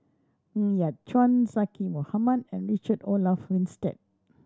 Ng Yat Chuan Zaqy Mohamad and Richard Olaf Winstedt